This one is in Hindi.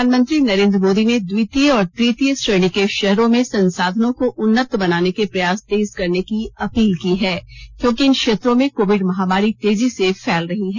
प्रधानमंत्री नरेन्द्र मोदी ने द्वितीय और तृतीय श्रेणी के शहरों में संसाधनों को उन्नत बनाने के प्रयास तेज करने की अपील की है क्योंकि इन क्षेत्रों में कोविंड महामारी तेजी से फैल रही है